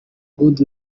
good